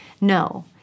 No